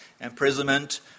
imprisonment